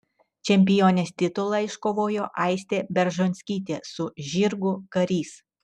čempionės titulą iškovojo aistė beržonskytė su žirgu karys